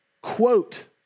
quote